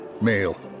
male